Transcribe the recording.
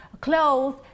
clothes